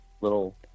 little